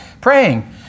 praying